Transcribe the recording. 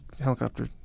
helicopter